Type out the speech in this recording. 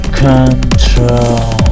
control